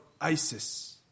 ISIS